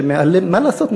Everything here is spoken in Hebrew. שמה לעשות,